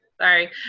sorry